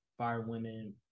firewomen